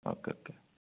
okay okay